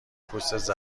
پوستت